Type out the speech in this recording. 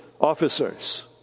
officers